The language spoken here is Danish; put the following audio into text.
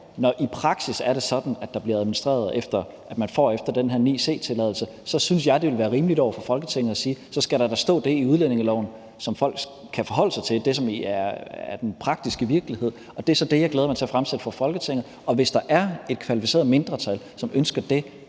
det i praksis er sådan, at der bliver administreret efter, at man får det efter den her 9 c-tilladelse, så synes jeg, det vil være rimeligt over for Folketinget at sige, at der da så skal stå det i udlændingeloven, som folk kan forholde sig til, det, som er den praktiske virkelighed, og det er så det, jeg glæder mig til at fremsætte for Folketinget. Og hvis der er et kvalificeret mindretal, som ønsker det